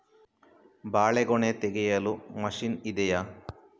ಬಾಳೆಗೊನೆ ತೆಗೆಯಲು ಮಷೀನ್ ಇದೆಯಾ?